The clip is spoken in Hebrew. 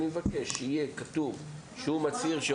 אני מבקש שיהיה כתוב שהוא מצהיר שהוא